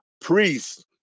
priest